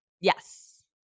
yes